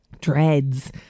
dreads